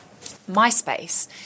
MySpace